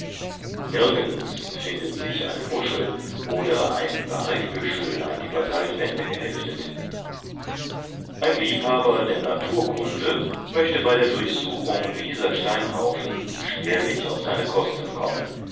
nirgends findet sich eine muschel oder ein barecbüschel an die basaltwände geheftet ein liebhaber der naturkunde möchte bei der durchsuchung dieser steinhaufen schwerlich auf seine kosten kommen